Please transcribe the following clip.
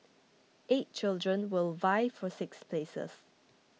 eight children will vie for six places